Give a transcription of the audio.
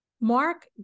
Mark